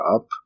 up